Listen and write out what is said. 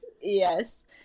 Yes